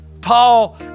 Paul